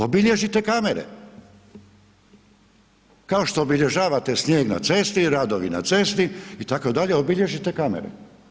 Obilježite kamere kao što obilježavate snijeg na cesti, radovi na cesti itd., obilježite kamere.